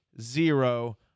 zero